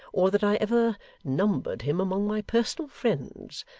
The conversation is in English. or that i ever numbered him among my personal friends,